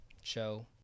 show